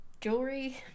jewelry